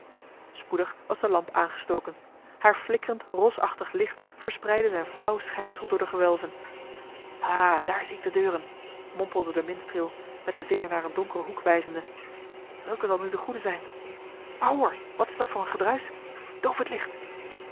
spoedig was de lamp aangestoken haar flikkerend rosachtig licht verspreidde zijn flauw schijnsel door de gewelven ha daar zie ik de deuren mompelde de minstreel met den vinger naar een donkeren hoek wijzende welke zal nu de goede zijn maar hoor wat is dat voor een gedruisch doof het licht